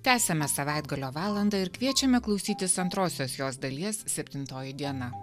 tęsiame savaitgalio valandą ir kviečiame klausytis antrosios jos dalies septintoji diena